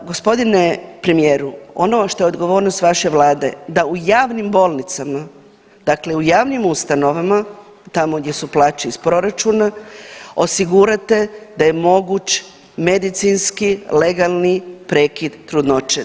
Gospodine premijeru ono što je odgovornost vaše Vlade da u javnim bolnicama, dakle javnim ustanovama tamo gdje su plaće iz proračuna osigurate da je moguć medicinski legalni prekid trudnoće.